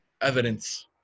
evidence